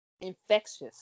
infectious